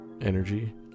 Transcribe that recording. energy